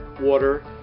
water